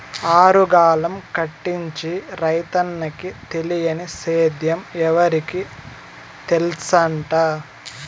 ఆరుగాలం కష్టించి రైతన్నకి తెలియని సేద్యం ఎవరికి తెల్సంట